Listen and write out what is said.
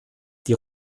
die